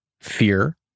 fear